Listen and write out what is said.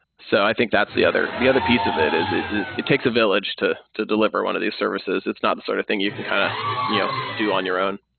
so i think that's the other the other piece of it is it it takes a village to to deliver one of these services. it's not the sort of thing you can kind of you know do on your own.